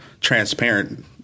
transparent